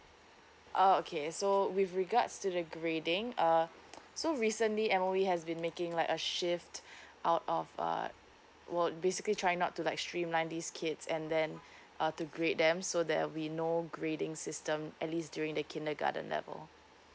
uh okay so with regards to the grading uh so recently M_O_E has been making like a shift out of uh would basically try not to like streamline these kids and then uh to grade them so there will be no grading system at least during the kindergarten level